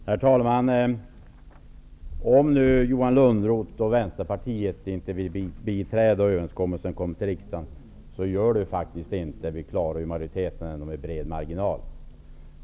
Herr talman! Om nu Johan Lönnroth och Vänsterpartiet inte vill biträda överenskommelsen när den kommer till riksdagen, så gör det faktiskt inte någonting -- vi får ändå en bred majoritet.